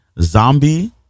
zombie